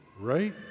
Right